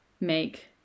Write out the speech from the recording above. make